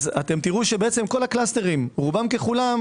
תראו שכל הקלסטרים רובם ככולם,